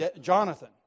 Jonathan